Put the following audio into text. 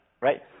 Right